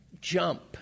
jump